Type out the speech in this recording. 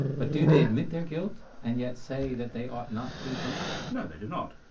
but do they admit their guilt and yet say that they ought not to be punished? no they do not.